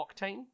octane